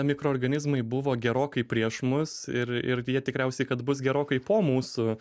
mikroorganizmai buvo gerokai prieš mus ir ir jie tikriausiai kad bus gerokai po mūsų